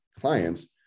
clients